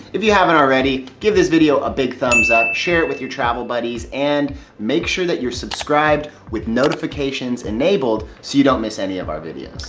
if you haven't already, give this video a big thumbs-up, share it with your travel buddies and make sure you're subscribed with notifications enabled so you don't miss any of our videos.